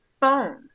phones